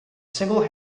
single